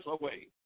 away